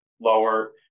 lower